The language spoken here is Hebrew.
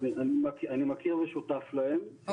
אני מכיר ושותף להן,